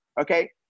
okay